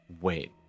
wait